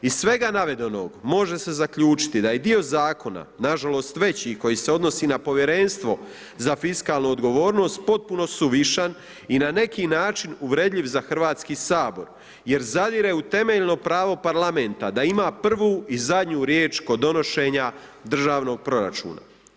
Iz svega navedenog može se zaključiti da je dio zakona na žalost veći koji se odnosi na Povjerenstvo za fiskalnu odgovornost potpuno suvišan i na neki način uvredljiv za Hrvatski sabor, jer zadire u temeljno pravo Parlamenta da ima prvu i zadnju riječ kod donošenja državnog proračuna.